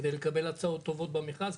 על מנת לקבל הצעות טובות במרכז,